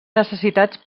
necessitats